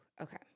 Okay